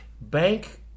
bank